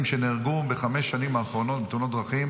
נהרגו בחמש השנים האחרונות בתאונות דרכים